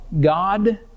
God